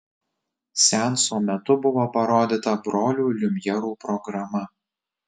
seanso metu buvo parodyta brolių liumjerų programa